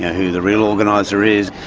who the real organiser is.